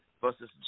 versus